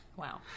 Wow